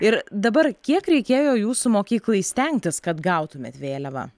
ir dabar kiek reikėjo jūsų mokyklai stengtis kad gautumėt vėliavą